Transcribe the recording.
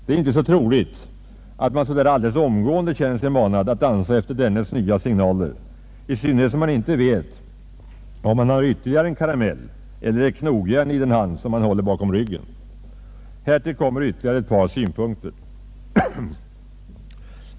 Det är inte så troligt, att man så här alldeles omgående känner sig manad att dansa efter dennes nya signaler, i synnerhet som man inte vet om han har en ytterligare karamell eller ett knogjärn i den hand han håller bakom ryggen. Härtill kommer ytterligare ett par synpunkter.